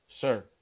Sir